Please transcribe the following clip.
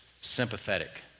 sympathetic